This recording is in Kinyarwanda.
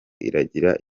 iragira